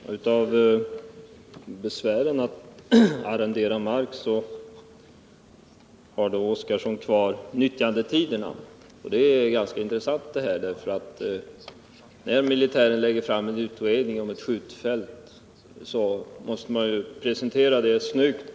Herr talman! Av besvären vid arrendering av mark har Gunnar Oskarson nu kvar nyttjandetiderna. Det är ganska intressant, eftersom militären när den lägger fram en utredning om ett skjutfält måste presentera förslaget snyggt.